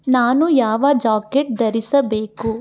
ನಾನು ಯಾವ ಜಾಕೆಟ್ ಧರಿಸಬೇಕು